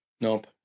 Nope